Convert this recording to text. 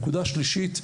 נקודה שלישית.